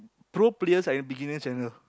pro players are in beginner channel